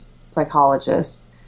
psychologists